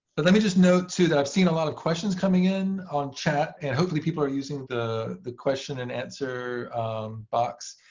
but let me just note, too, that i've seen a lot of questions coming in on chat. and hopefully people are using the the question and answer box.